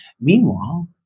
Meanwhile